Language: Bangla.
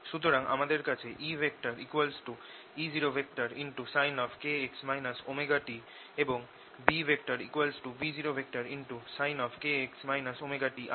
সুতরাং আমাদের কাছে E E0sin⁡kx ωt এবং B B0sin⁡kx ωt আছে